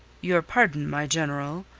your pardon, my general.